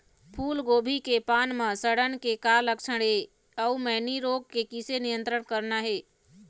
फूलगोभी के पान म सड़न के का लक्षण ये अऊ मैनी रोग के किसे नियंत्रण करना ये?